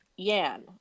Yan